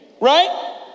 right